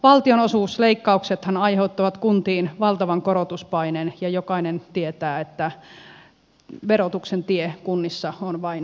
valtionosuusleikkauksethan aiheuttavat kuntiin valtavan korotuspaineen ja jokainen tietää että verotuksen tie kunnissa on vain ylöspäin